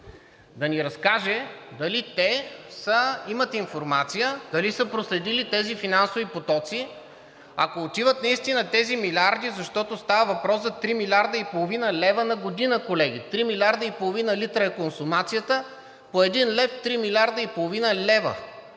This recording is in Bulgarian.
да ни разкаже дали те имат информация, дали са проследили тези финансови потоци, ако отиват наистина тези милиарди, защото става въпрос за 3,5 млрд. лв. на година, колеги, 3 милиарда и половина литра е консумацията по един лев – 3,5 млрд. лв.